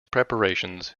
preparations